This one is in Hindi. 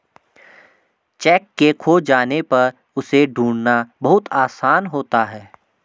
चैक के खो जाने पर उसे ढूंढ़ना बहुत आसान होता है